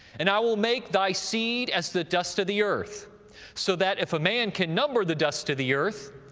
and i will make thy seed as the dust of the earth so that if a man can number the dust of the earth,